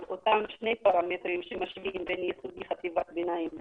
על אותם שני פרמטרים שמשווים בין חטיבת ביניים ותיכון.